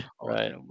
Right